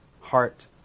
heart